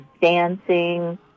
dancing